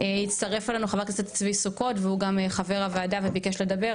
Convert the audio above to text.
הצטרף אלינו חבר הכנסת צבי סוכות והוא גם חבר הוועדה וביקש לדבר,